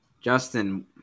Justin